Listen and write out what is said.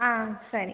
ஆ சரி